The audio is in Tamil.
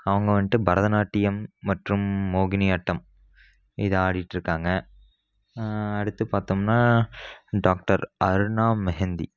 அவங்க வந்துட்டு பரதநாட்டியம் மற்றும் மோகினி ஆட்டம் இது ஆடிகிட்டு இருகாங்க அடுத்து பார்த்தோம்னா டாக்டர் அருணா மெஹந்தி